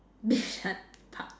Bishan Park